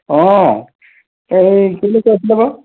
অঁ এই কি বুলি কৈছিলে বাৰু